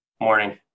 Morning